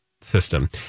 system